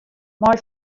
mei